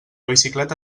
bicicleta